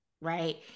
Right